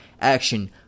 action